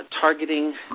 targeting